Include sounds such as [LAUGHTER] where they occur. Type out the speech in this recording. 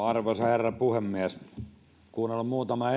[UNINTELLIGIBLE] arvoisa herra puhemies muutama [UNINTELLIGIBLE]